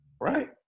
right